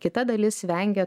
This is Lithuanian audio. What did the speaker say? kita dalis vengia